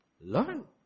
Learn